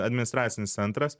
administracinis centras